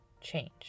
change